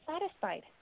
satisfied